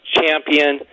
champion